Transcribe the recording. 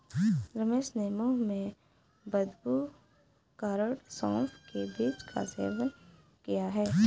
रमेश ने मुंह में बदबू के कारण सौफ के बीज का सेवन किया